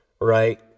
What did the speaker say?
right